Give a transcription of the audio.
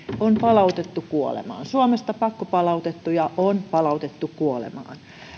on palautettu kuolemaan suomesta pakkopalautettuja on palautettu kuolemaan